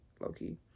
low-key